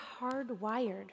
hardwired